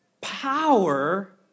power